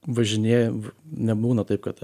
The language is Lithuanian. važinėja v nebūna taip kad